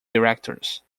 directors